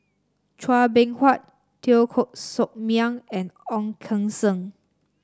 Chua Beng Huat Teo Koh Sock Miang and Ong Keng Sen